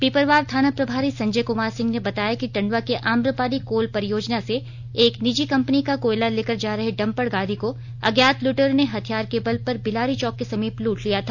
पिपरवार थाना प्रभारी संजय कमार सिंह ने बताया कि टंडवा के आम्रपाली कोल परियोजना से एक निजी कम्पनी का कोयला लेकर जा रहे डंपर गाड़ी को अज्ञात लटेरों ने हथियार के बल पर बिलारी चौक के समीप लुट लिया था